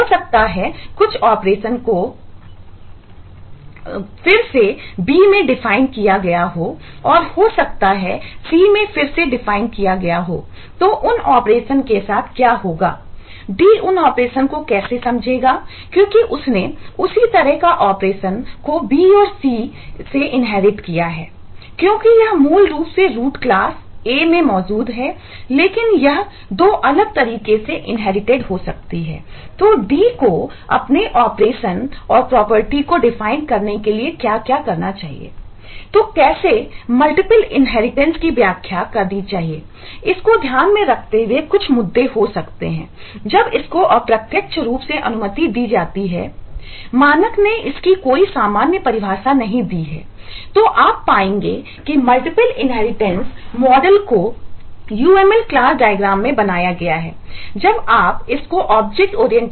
हो सकता है कुछ ऑपरेशनकरने के लिए क्या करना चाहिए